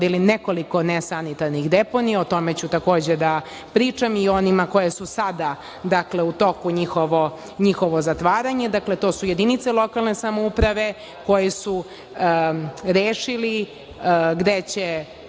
nekoliko nesanitarnih deponija, o tome ću takođe da pričam, i o onima koje su u toku zatvaranja. Dakle, to su jedinice lokalne samouprave koje su rešile gde će